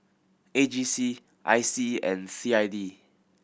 A G C I C and C I D